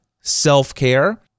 self-care